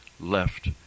left